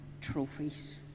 trophies